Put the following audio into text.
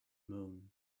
moon